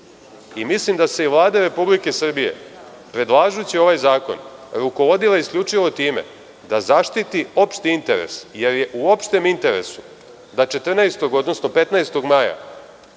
interes. Mislim da se Vlada Republike Srbije, predlažući ovaj zakon, rukovodila isključivo time da zaštiti opšti interes, jer je u opštem interesu da 14, odnosno 15. maja